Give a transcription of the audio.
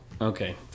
okay